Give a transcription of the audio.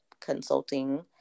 consulting